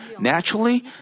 naturally